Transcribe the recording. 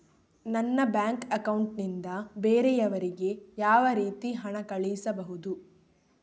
ನನ್ನ bank account ನಿಂದ ಬೇರೆಯವರಿಗೆ ಯಾವ ರೀತಿ ಹಣ ಕಳಿಸಬಹುದು?